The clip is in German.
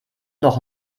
noch